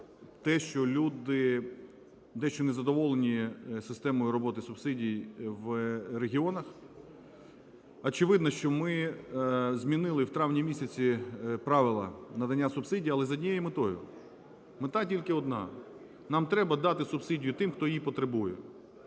те, що люди дещо незадоволені системою роботи субсидій в регіонах. Очевидно, що ми змінили в травні місяці правила надання субсидій, але з однією метою, мета тільки одна – нам треба дати субсидію тим, хто її потребує.